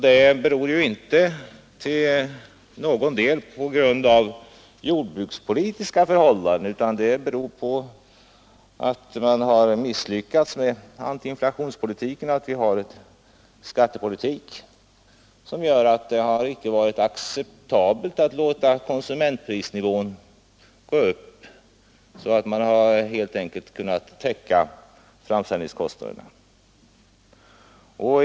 Det beror inte till någon del på jordbrukspolitiska förhållanden, utan på att man har misslyckats med antiinflationspolitiken och på att vi har en skattepolitik som gör att det icke har varit acceptabelt att låta konsumentpriserna täcka framställningskostnaderna.